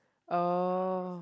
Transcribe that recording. oh